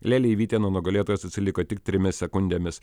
leleivytė nuo nugalėtojos atsiliko tik trimis sekundėmis